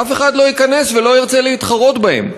אף אחד לא ייכנס ולא ירצה להתחרות בהם.